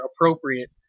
appropriate